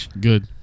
Good